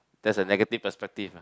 that is negative perspective lah